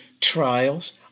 trials